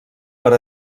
per